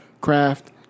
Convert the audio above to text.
craft